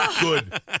Good